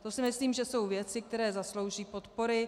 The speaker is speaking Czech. To si myslím, že jsou věci, které zaslouží podpory.